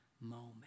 moment